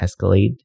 escalate